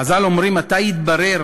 חז"ל אומרים: מתי התברר,